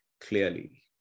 clearly